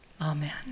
Amen